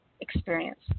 experience